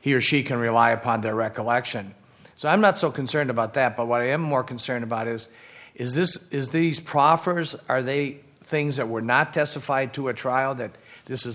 he or she can rely upon their recollection so i'm not so concerned about that but what i am more concerned about is is this is these proffers are they things that were not testified to a trial that this